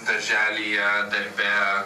darželyje darbe